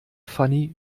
fanny